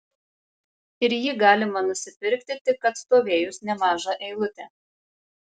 ir jį galima nusipirkti tik atstovėjus nemažą eilutę